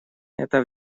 это